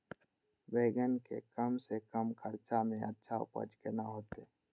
बेंगन के कम से कम खर्चा में अच्छा उपज केना होते?